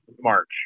March